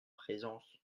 présence